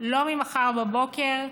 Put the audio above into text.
לא ממחר בבוקר.